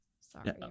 Sorry